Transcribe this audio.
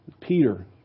Peter